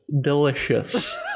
delicious